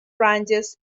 ranges